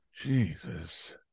Jesus